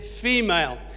female